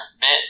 bit